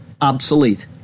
obsolete